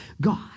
God